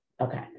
okay